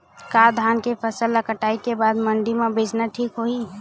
का धान के फसल ल कटाई के बाद मंडी म बेचना ठीक होही?